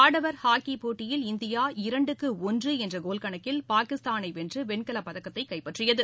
ஆடவர் ஹாக்கி போட்டியில் இந்தியா இரண்டுக்கு ஒன்று என்ற கோல் கணக்கில் பாகிஸ்தானை வென்று வெண்கலப் பதக்கத்தை கைப்பற்றியது